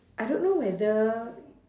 I don't know whether